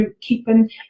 keeping